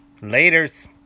Laters